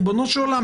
ריבונו של עולם,